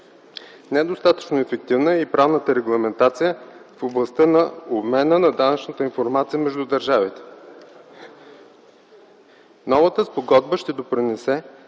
Недостатъчно ефективна е и правната регламентация в областта на обмена на данъчна информация между държавите. Новата спогодба ще допринесе